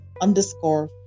underscore